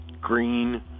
green